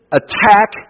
attack